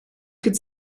could